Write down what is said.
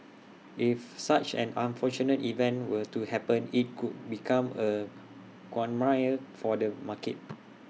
if such an unfortunate event were to happen IT could become A quagmire for the market